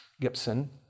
Gibson